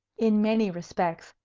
in many respects,